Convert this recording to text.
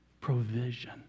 provision